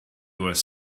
was